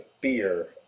beer